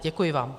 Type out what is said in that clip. Děkuji vám.